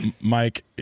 Mike